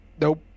Nope